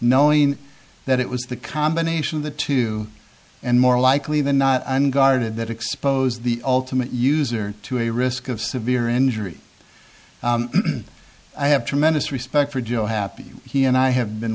knowing that it was the combination of the two and more likely than not unguarded that expose the ultimate user to a risk of severe injury i have tremendous respect for joe happy he and i have been